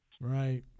Right